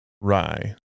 rye